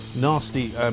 nasty